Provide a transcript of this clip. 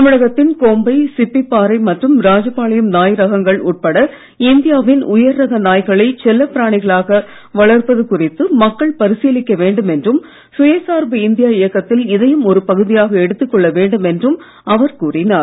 தமிழகத்தின் கோம்பை சிப்பிப்பாறை மற்றும் ராஜபாளையம் நாய் ரகங்கள் உட்பட இந்தியாவின் உயர் ரக நாய்களை செல்லப் பிராணிகளாக வளர்ப்பது குறித்து மக்கள் பரிசீலிக்க வேண்டும் என்றும் சுயசார்பு இந்தியா இயக்கத்தில் இதையும் ஒரு பகுதியாக எடுத்துக் கொள்ள வேண்டும் என்றும் அவர் கூறினார்